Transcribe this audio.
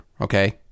Okay